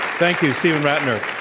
thank you, steve rattner.